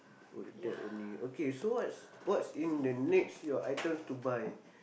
oh like that only okay so what's what's in the next your items to buy